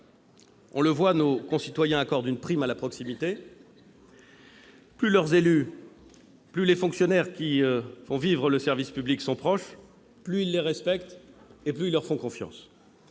et répétées. Nos concitoyens accordent une prime à la proximité. Plus leurs élus et les fonctionnaires qui font vivre le service public sont proches, plus ils les respectent et leur font confiance.